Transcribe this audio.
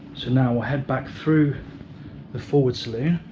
so now we'll head back through the forward saloon,